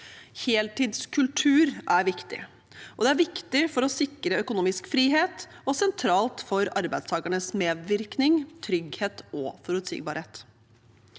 Heltidskultur er viktig. Det er viktig for å sikre økonomisk frihet og sentralt for arbeidstakernes medvirkning, trygghet og forutsigbarhet.